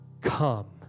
come